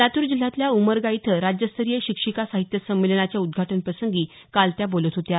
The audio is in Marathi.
लातूर जिल्ह्यातल्या उमरगा इथं राज्यस्तरीय शिक्षिका साहित्य संमेलनाच्या उद्धाटन प्रसंगी काल त्या बोलत होत्या